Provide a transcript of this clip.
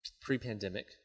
pre-pandemic